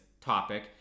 topic